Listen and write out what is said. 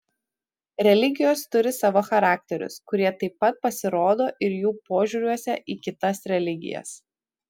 religijos turi savo charakterius kurie taip pat pasirodo ir jų požiūriuose į kitas religijas